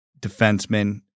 defenseman